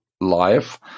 life